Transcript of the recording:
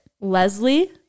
leslie